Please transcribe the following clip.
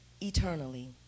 eternally